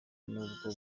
nubwo